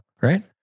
right